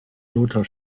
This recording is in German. lothar